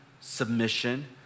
submission